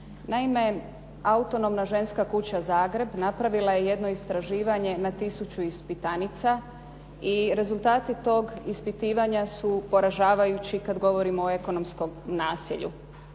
Naime, Autonomna ženska kuća Zagreb napravila je jedno istraživanje na tisuću ispitanica i rezultati tog ispitivanja su poražavajući kad govorimo o ekonomskom nasilju.